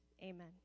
Amen